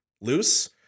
loose